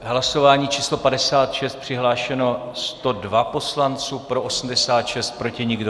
V hlasování číslo 56 přihlášeno 102 poslanců, pro 86, proti nikdo.